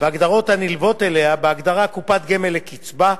וההגדרות הנלוות אליה בהגדרה "קופת גמל לקצבה".